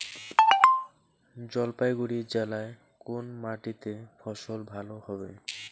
জলপাইগুড়ি জেলায় কোন মাটিতে ফসল ভালো হবে?